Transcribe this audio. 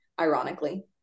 ironically